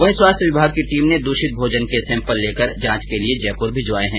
वहीं स्वास्थ्य विभाग की टीम ने दूषित भोजन के सैम्पल लेकर जांच के लिए जयपुर भिजवाये है